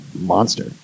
monster